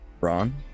Ron